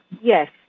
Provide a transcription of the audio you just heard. Yes